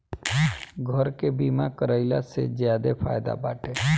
घर के बीमा कराइला से ज्यादे फायदा बाटे